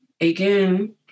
Again